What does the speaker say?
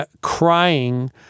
crying